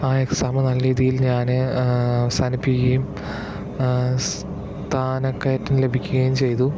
ആ എക്സാം നല്ല രീതിയില് ഞാൻ അവസാനിപ്പിക്കുകയും സ്ഥാനക്കയറ്റം ലഭിക്കുകയും ചെയ്തു